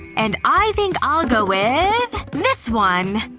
and i think i'll go with, this one!